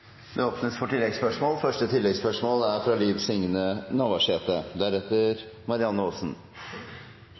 Det åpnes for oppfølgingsspørsmål – først Liv Signe Navarsete.